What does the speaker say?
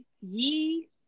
ye